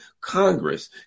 Congress